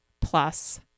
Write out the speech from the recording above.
plus